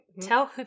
Tell